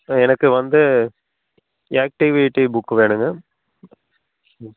எனக்கு வந்து இ ஆக்ட்டிவிட்டி புக் வேணுங்க ம்